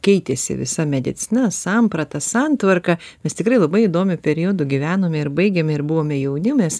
keitėsi visa medicina samprata santvarka mes tikrai labai įdomiu periodu gyvenome ir baigėme ir buvome jauni mes